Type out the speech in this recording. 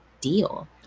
deal